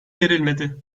verilmedi